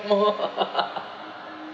more